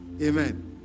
amen